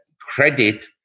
credit